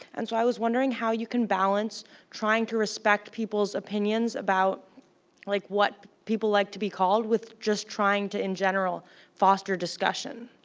and so i was wondering how you can balance trying to respect people's opinions about like what people like to be called with just trying to in general foster discussion.